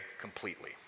completely